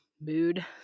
mood